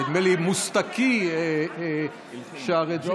נדמה לי שמוסטקי שר את זה.